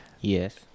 Yes